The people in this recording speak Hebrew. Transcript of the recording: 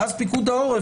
ואז פיקוד העורף,